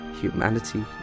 Humanity